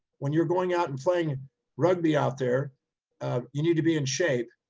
when you're going out and playing rugby out there you need to be in shape.